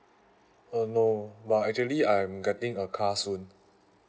uh no but actually I'm getting a car soon